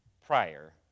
prior